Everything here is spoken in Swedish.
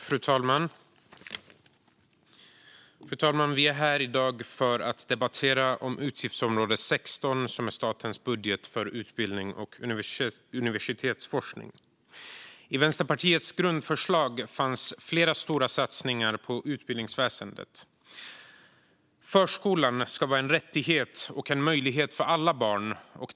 Fru talman! Vi är här i dag för att debattera utgiftsområde 16 som handlar om statens budget för utbildning och universitetsforskning. I Vänsterpartiets grundförslag fanns flera stora satsningar på utbildningsväsendet. Förskolan ska vara en rättighet och en möjlighet för alla barn.